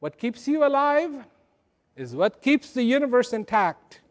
what keeps you alive is what keeps the universe intact